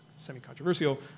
Semi-controversial